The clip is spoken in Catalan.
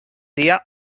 dia